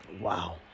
Wow